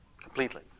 Completely